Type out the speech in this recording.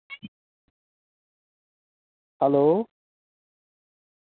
hello